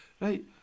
Right